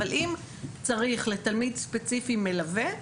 אבל אם צריך לתלמיד ספציפי מלווה,